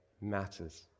matters